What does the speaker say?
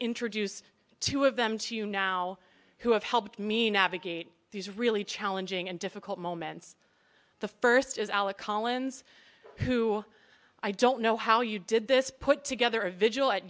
introduce two of them to you now who have helped me navigate these really challenging and difficult moments the first is alec collins who i don't know how you did this put together a vigil